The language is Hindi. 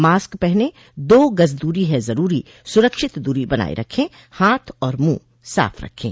मास्क पहनें दो गज़ दूरी है ज़रूरी सुरक्षित दूरी बनाए रखें हाथ और मुंह साफ़ रखें